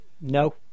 no